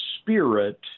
Spirit